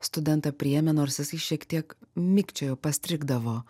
studentą priėmė nors jisai šiek tiek mikčiojo pastrigdavo